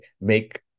make